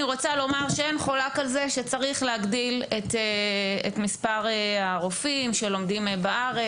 אין חולק על זה שצריך להגדיל את מספר הרופאים שלומדים בארץ.